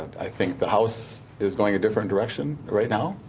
i think the house is going a different direction right now.